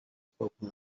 spoken